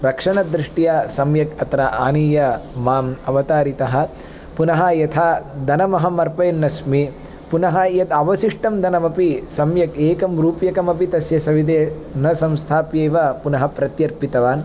रक्षणदृष्ट्या सम्यक् अत्र आनीय माम् अवतारितः पुनः यथा धनमहमर्पयन् अस्मि पुनः यदवशिष्टं धनमपि सम्यक् एकं रूप्यकमपि तस्य सविधे न संस्थाप्य वा पुनः प्रत्यर्पितवान्